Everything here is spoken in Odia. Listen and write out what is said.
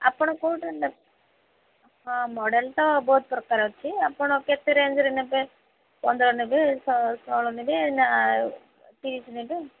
ଆପଣ କୋଉଟା ନେବେ ହଁ ମଡ଼େଲ ତ ବହୁତ ପ୍ରକାର ଅଛି ଆପଣ କେତେ ରେଞ୍ଜରେ ନେବେ ପନ୍ଦର ନେବେ ଷୋହଳ ନେବେ ନା ତିରିଶ ନେବେ